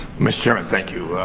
mister chairman, thank you.